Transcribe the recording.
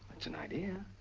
that's an idea.